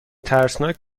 ترسناک